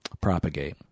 propagate